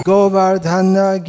Govardhana